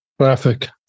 Traffic